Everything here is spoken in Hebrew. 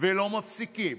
ולא מפסיקים